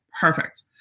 perfect